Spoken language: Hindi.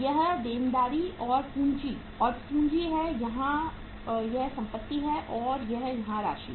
यह देनदारी और पूंजी और पूंजी है यहाँ यह संपत्ति है और यह यहाँ राशि है